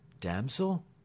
Damsel